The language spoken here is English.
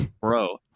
Bro